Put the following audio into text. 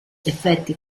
effetti